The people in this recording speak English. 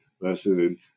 lesson